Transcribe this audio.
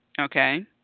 okay